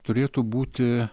turėtų būti